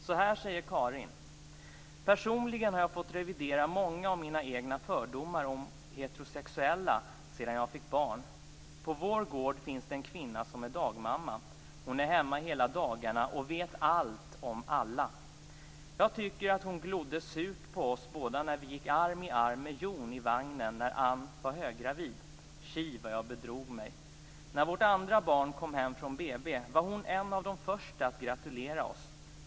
Så här säger Karin: "Personligen har jag fått revidera många av mina egna fördomar om heterosexuella sedan jag fick barn. På vår gård finns det en kvinna som är dagmamma. Hon är hemma hela dagarna och vet allt om alla. Jag tyckte att hon glodde surt på oss båda när vi gick arm i arm med Jon i vagnen när Ann var höggravid. Tji, vad jag bedrog mig. När vårt andra barn kom hem från BB var hon en av de första att gratulera oss båda.